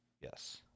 Yes